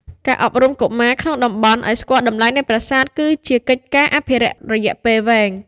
ការអប់រំកុមារក្នុងតំបន់ឱ្យស្គាល់តម្លៃនៃប្រាសាទ គឺជាកិច្ចការអភិរក្សរយៈពេលវែង។